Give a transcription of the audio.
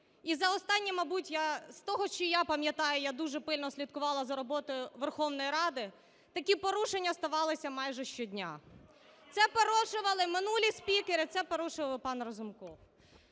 і за останні, мабуть, з того, що я пам'ятаю, я дуже пильно слідкувала за роботою Верховної Ради, такі порушення ставалися майже щодня. Це порушували минулі спікери, це порушував і пан Разумков.